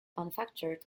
manufactured